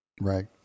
Right